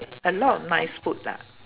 a lot of nice food lah